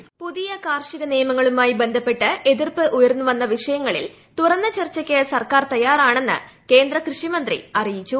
voice പുതിയ കാർഷിക നിയമങ്ങളുമായി ബന്ധപ്പെട്ട് എതിർപ്പ് ഉയർന്നുവന്ന വിഷയങ്ങളിൽ തുറന്ന ചർച്ചയ്ക്ക് സർക്കാർ തയാറാണെന്ന് കേന്ദ്ര കൃഷി മന്ത്രി അറിയിച്ചു